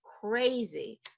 crazy